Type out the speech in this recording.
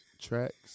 tracks